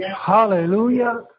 Hallelujah